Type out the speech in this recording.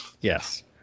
Yes